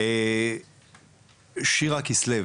שירה כסלו,